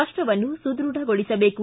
ರಾಷ್ಟವನ್ನು ಸುದೃಢಗೊಳಿಸಬೇಕು